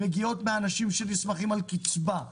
מאנשים שנסמכים על קצבה,